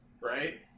Right